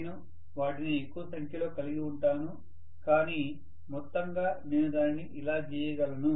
నేను వాటిని ఎక్కువ సంఖ్యలో కలిగి ఉంటాను కాని మొత్తంగా నేను దానిని ఇలా గీయగలను